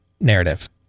narrative